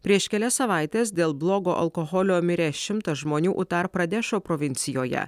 prieš kelias savaites dėl blogo alkoholio mirė šimtas žmonių utar pradešo provincijoje